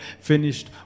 finished